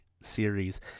series